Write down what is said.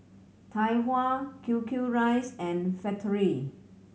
Tai Hua Q Q Rice and Factorie